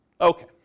Okay